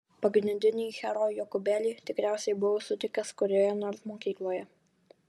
pagrindinį herojų jokūbėlį tikriausiai buvau sutikęs kurioje nors mokykloje